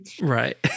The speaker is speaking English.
Right